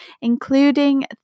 including